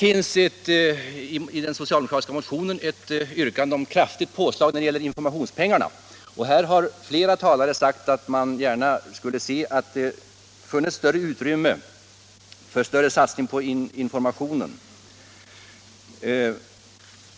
I den socialdemokratiska motionen finns ett yrkande om kraftigt påslag när det gäller informationspengarna, och här har flera talare sagt att de gärna skulle se att det funnes utrymme för större satsning på informationen.